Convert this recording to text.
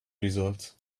results